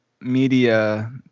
media